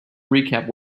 recap